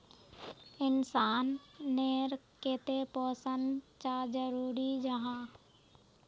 इंसान नेर केते पोषण चाँ जरूरी जाहा?